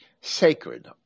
sacred